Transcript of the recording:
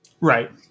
Right